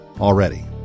already